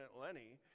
Lenny